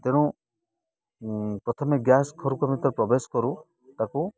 ତେଣୁ ପ୍ରଥମେ ଗ୍ୟାସ୍ ପ୍ରବେଶ କରୁ ତାକୁ